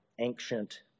ancient